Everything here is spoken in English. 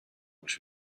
was